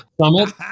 summit